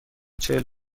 چهل